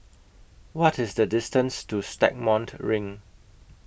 What IS The distance to Stagmont Ring